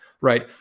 right